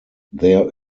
there